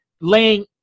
laying